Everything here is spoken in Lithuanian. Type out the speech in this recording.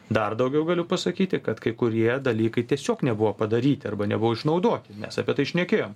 dar daugiau galiu pasakyti kad kai kurie dalykai tiesiog nebuvo padaryti arba nebuvo išnaudoti mes apie tai šnekėjom